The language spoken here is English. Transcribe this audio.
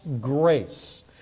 grace